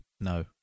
No